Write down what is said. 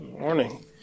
morning